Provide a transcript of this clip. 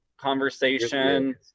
conversation